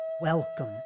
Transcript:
Welcome